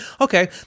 okay